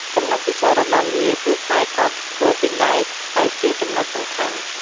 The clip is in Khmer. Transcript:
ចំណុចពិសេសរបស់វាគឺផ្លែកោសធ្វើពីដែក នេះជាចំណុចសំខាន់។